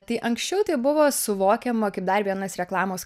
tai anksčiau tai buvo suvokiama kaip dar vienas reklamos